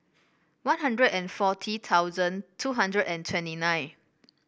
One Hundred and forty thousand two hundred and twenty nine